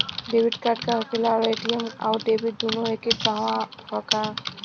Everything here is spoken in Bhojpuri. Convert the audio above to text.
डेबिट कार्ड का होखेला और ए.टी.एम आउर डेबिट दुनों एके कार्डवा ह का?